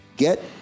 Get